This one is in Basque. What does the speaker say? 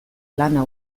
lana